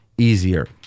easier